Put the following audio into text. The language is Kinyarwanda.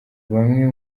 bamwe